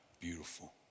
beautiful